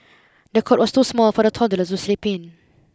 the cot was too small for the toddler to sleep in